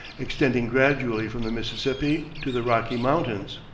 extending gradually from the mississippi to the rocky mountains.